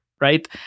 right